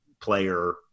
player